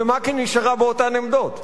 ומק"י נשארה באותן עמדות.